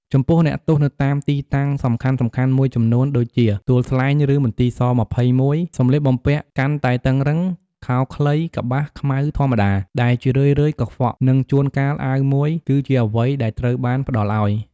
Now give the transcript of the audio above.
ចំពោះអ្នកទោសនៅតាមទីតាំងសំខាន់ៗមួយចំនួនដូចជា ទួលស្លែង ឬមន្ទី ស-២១ សម្លៀកបំពាក់កាន់តែតឹងរ៉ឹង ខោខ្លីកប្បាសខ្មៅធម្មតា ដែលជារឿយៗកខ្វក់ និងជួនកាលអាវមួយ គឺជាអ្វីដែលត្រូវបានផ្តល់ឱ្យ។